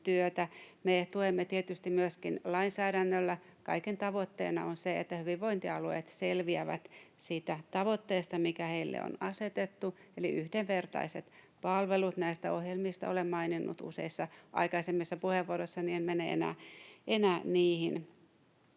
Me tuemme tietysti myöskin lainsäädännöllä. Kaiken tavoitteena on se, että hyvinvointialueet selviävät siitä tavoitteesta, mikä niille on asetettu, eli yhdenvertaiset palvelut. Näistä ohjelmista olen maininnut useissa aikaisemmissa puheenvuoroissani — en mene enää niihin.